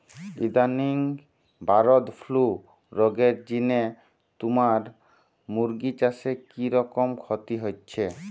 ইদানিং bird flu রগের জিনে তুমার মুরগি চাষে কিরকম ক্ষতি হইচে?